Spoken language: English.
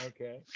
okay